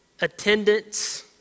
attendance